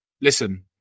listen